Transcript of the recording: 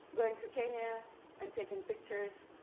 go into kenya and taking pictures.